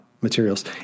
materials